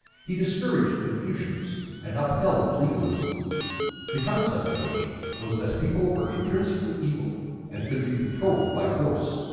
he discouraged confucians and upheld legalism the concept of which was that people were intrinsically evil and could be controlled by force.